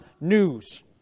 news